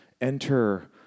enter